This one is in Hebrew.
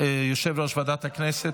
הודעה ליושב-ראש ועדת הכנסת.